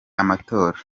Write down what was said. amatora